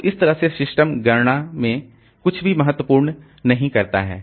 तो इस तरह से सिस्टम गणना में कुछ भी बहुत महत्वपूर्ण नहीं करता है